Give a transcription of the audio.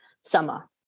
summer